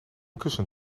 kussen